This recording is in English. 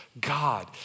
God